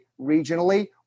regionally